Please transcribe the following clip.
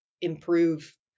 improve